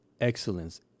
excellence